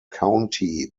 county